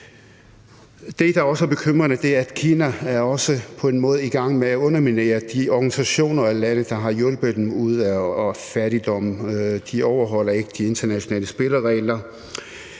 Det, der også er bekymrende, er, at Kina på en måde også er i gang med at underminere de organisationer og lande, der har hjulpet dem ud af fattigdommen. De overholder ikke de internationale spilleregler,